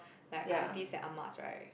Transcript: like aunties and Ah-Mas right